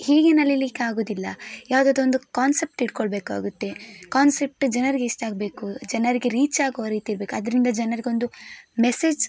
ಹೀಗೆ ನಲಿಲಿಕ್ಕಾಗೋದಿಲ್ಲ ಯಾವುದಾದರು ಒಂದು ಕಾನ್ಸೆಪ್ಟ್ ಇಟ್ಟುಕೊಳ್ಬೇಕಾಗುತ್ತೆ ಕಾನ್ಸೆಪ್ಟ್ ಜನರಿಗೆ ಇಷ್ಟಾಗಬೇಕು ಜನರಿಗೆ ರೀಚ್ ಆಗೋ ರೀತಿ ಇರಬೇಕು ಅದರಿಂದ ಜನರಿಗೆ ಒಂದು ಮೆಸೇಜ್